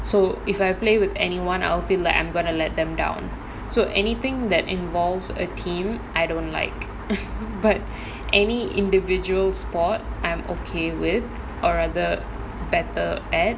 so if I play with anyone I feel like I'm going to let them down so anything that involves a team I don't like but any individual sport I'm okay with or rather better at